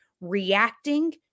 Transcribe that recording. reacting